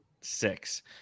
six